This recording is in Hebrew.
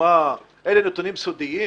אלה נתונים סודיים?